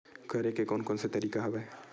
करे के कोन कोन से तरीका हवय?